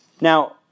Now